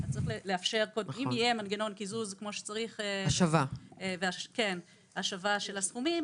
אם יהיה מנגנון קיזוז כמו שצריך והשבה של הסכומים,